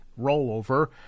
rollover